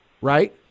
right